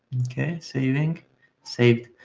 okay, saving saved.